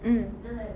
mm